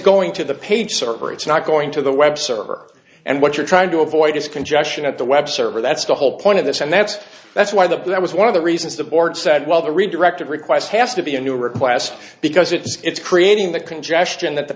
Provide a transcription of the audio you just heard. going to the page search or it's not going to the web server and what you're trying to avoid is congestion at the web server that's the whole point of this and that's that's why the that was one of the reasons the board said well the redirected request has to be a new request because it's creating the congestion that the